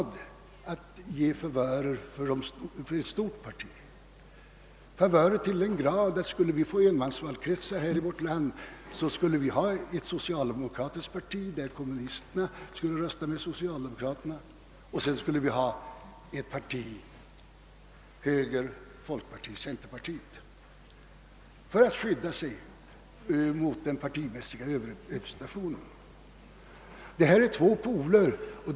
Den andra extremen är just enmansvalkretssystemet, som i maximal grad skulle ge favörer för stora partier och framtvinga tvåpartisystem.